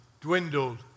dwindled